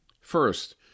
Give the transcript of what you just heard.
First